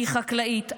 אני חקלאית,